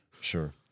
Sure